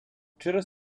через